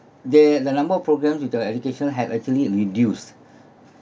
they the number of programmes which are educational had actually reduced